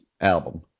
album